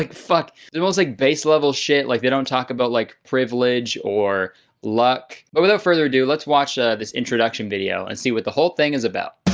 like fuck. there almost like base level shit. like they don't talk about, like privilege or luck. but without further ado, let's watch ah this introduction video and see what the whole thing is about.